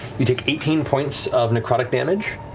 you take eighteen points of necrotic damage.